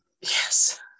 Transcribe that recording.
Yes